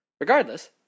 Regardless